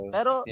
Pero